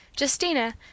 Justina